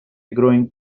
growing